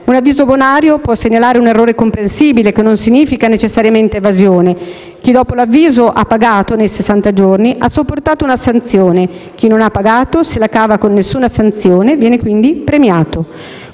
un avviso bonario può segnalare un errore comprensibile che non significa necessariamente evasione. Chi, dopo l'avviso ha pagato nei sessanta giorni ha sopportato una sanzione, chi non ha pagato se la cava con nessuna sanzione e viene quindi premiato.